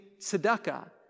tzedakah